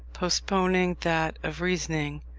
postponing that of reasoning,